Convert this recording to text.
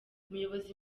umuyobozi